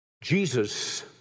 Jesus